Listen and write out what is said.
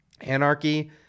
Anarchy